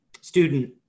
student